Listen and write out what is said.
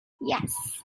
yes